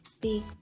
big